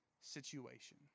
situation